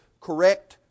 correct